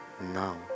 now